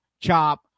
chop